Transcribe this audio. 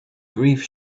grief